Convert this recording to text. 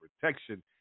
protection